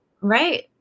right